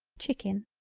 chicken.